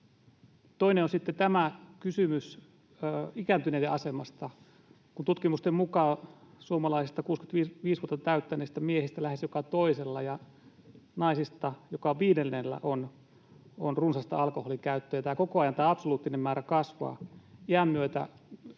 toinen on sitten tämä kysymys ikääntyneiden asemasta, kun tutkimusten mukaan suomalaisista 65 vuotta täyttäneistä miehistä lähes joka toisella ja naisista joka viidennellä on runsasta alkoholinkäyttöä, ja tämä absoluuttinen määrä kasvaa koko ajan.